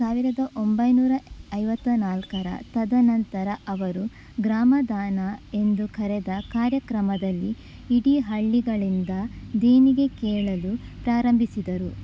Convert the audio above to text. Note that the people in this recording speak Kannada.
ಸಾವಿರದ ಒಂಬೈನೂರ ಐವತ್ತ ನಾಲ್ಕರ ತದನಂತರ ಅವರು ಗ್ರಾಮದಾನ ಎಂದು ಕರೆದ ಕಾರ್ಯಕ್ರಮದಲ್ಲಿ ಇಡೀ ಹಳ್ಳಿಗಳಿಂದ ದೇಣಿಗೆ ಕೇಳಲು ಪ್ರಾರಂಭಿಸಿದರು